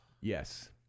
Yes